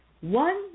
One